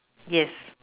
yes